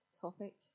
topic